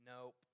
Nope